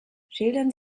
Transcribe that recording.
schildern